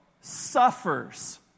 suffers